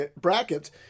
Brackets